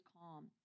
calm